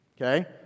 okay